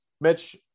Mitch